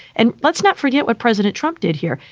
and let's not forget what president trump did here.